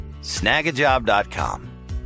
snagajob.com